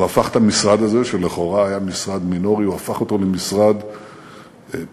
הוא הפך את המשרד הזה שלכאורה היה משרד מינורי למשרד פעיל,